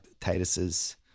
titus's